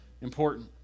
important